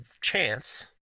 chance